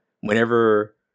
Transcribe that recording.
whenever